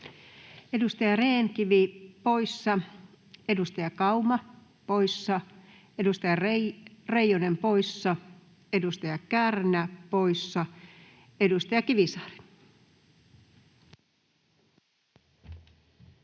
Edustaja Rehn-Kivi poissa, edustaja Kauma poissa, edustaja Reijonen poissa, edustaja Kärnä poissa. — Edustaja Kivisaari.